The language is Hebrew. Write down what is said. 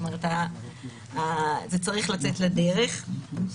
זה צריך לצאת לדרך.